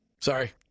Sorry